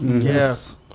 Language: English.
Yes